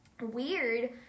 weird